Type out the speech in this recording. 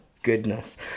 goodness